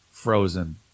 Frozen